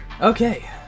okay